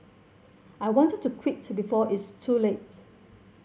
I wanted to quit to before it's too late